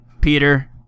peter